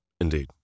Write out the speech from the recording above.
Indeed